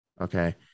Okay